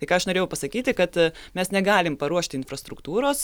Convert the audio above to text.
tai ką aš norėjau pasakyti kad mes negalim paruošti infrastruktūros